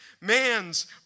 Man's